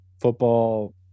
Football